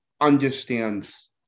understands